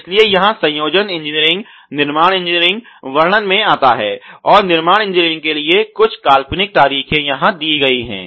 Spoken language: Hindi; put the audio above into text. इसलिए यहां संयोजन इंजीनियरिंग निर्माण इंजीनियरिंग वर्णन में आता है और निर्माण इंजीनियरिंग के लिए कुछ काल्पनिक तारीखें यहां दी गई हैं